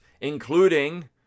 including